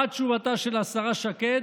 מה תשובתה של השרה שקד?